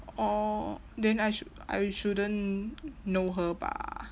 orh then I should I shouldn't know her bah